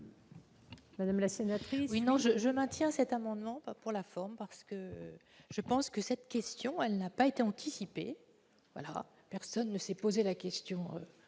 madame la sénatrice,